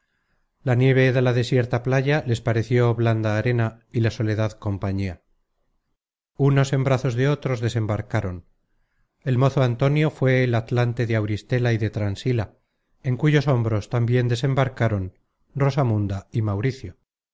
la nieve de la desierta playa les pareció blanda arena y la soledad compañía unos en brazos de otros desembarcaron el mozo antonio fué el atlante de auristela y de transila en cuyos hombros tambien desembarcaron rosamunda y mauricio